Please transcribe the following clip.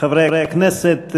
חברי הכנסת,